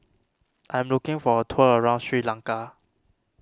I am looking for a tour around Sri Lanka